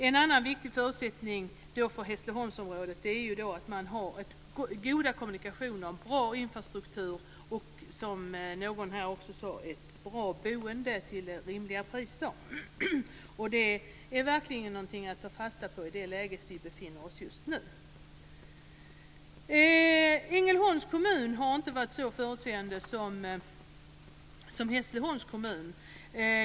En annan viktig förutsättning för Hässleholmsområdet är ju att man har goda kommunikationer, en bra infrastruktur och, som någon sade, ett bra boende till ett rimligt pris. Det är verkligen någonting att ta fasta på i det läge som vi befinner oss i just nu. Ängelholms kommun har inte varit så förutseende som Hässleholms kommun.